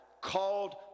called